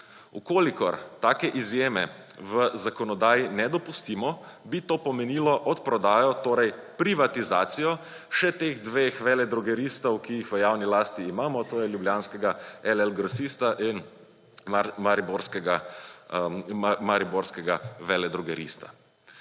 kolikor take izjeme v zakonodaji ne dopustimo, bi to pomenilo odprodajo, torej privatizacijo, še teh dve veledrogeristov, ki jih v javni lasti imamo to je ljubljanskega LL Grosista in mariborskega veledrogerista.